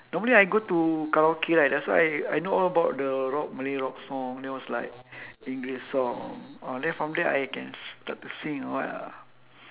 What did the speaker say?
normally I go to karaoke right that's why I I know all about the rock malay rock song then was like english song ah then from there I can start to sing or what ah